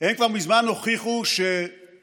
הם כבר מזמן הוכיחו ש"סלאם"